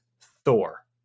Thor